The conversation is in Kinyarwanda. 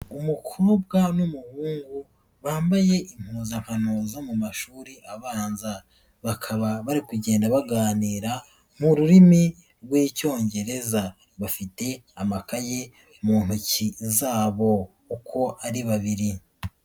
Umukobwa n'umuhungu bambaye impuzankano zo mu mashuri abanza. Bakaba bari kugenda baganira mu rurimi rw'Icyongereza. Bafite amakaye mu ntoki zabo uko ari babiri.